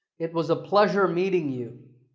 it was a pleasure meeting you